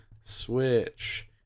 switch